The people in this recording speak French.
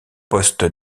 poste